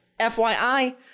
FYI